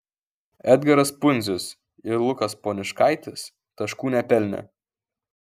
edgaras pundzius ir lukas poniškaitis taškų nepelnė